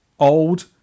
old